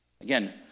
Again